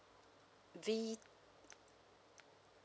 V